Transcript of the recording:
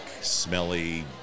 smelly